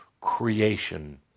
creation